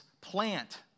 plant